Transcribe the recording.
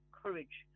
courage